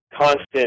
constant